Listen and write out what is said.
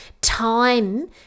time